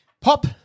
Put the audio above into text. Pop